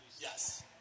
Yes